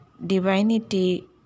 Divinity